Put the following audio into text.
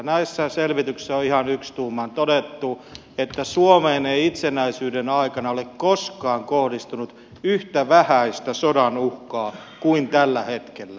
näissä selvityksissä on ihan ykstuumaan todettu että suomeen ei itsenäisyyden aikana ole koskaan kohdistunut yhtä vähäistä sodan uhkaa kuin tällä hetkellä